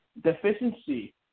deficiency